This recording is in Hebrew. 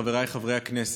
חבריי חברי הכנסת,